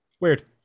Weird